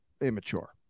immature